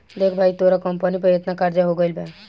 देख भाई तोरा कंपनी पर एतना कर्जा हो गइल बा